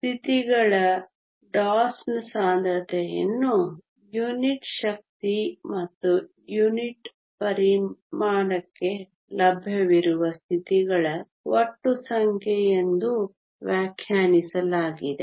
ಸ್ಥಿತಿಗಳ DOS ನ ಸಾಂದ್ರತೆಯನ್ನು ಯುನಿಟ್ ಶಕ್ತಿ ಮತ್ತು ಒಂದು ಯೂನಿಟ್ ಪರಿಮಾಣಕ್ಕೆ ಲಭ್ಯವಿರುವ ಸ್ಥಿತಿಗಳ ಒಟ್ಟು ಸಂಖ್ಯೆ ಎಂದು ವ್ಯಾಖ್ಯಾನಿಸಲಾಗಿದೆ